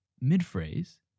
mid-phrase